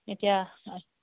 এতিয়া